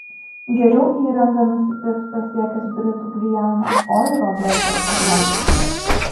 geriau įrangą nusipirks pasiekęs britų gvianą o ir robertas pagelbės